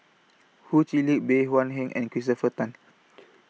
Ho Chee Lick Bey Hua Heng and Christopher Tan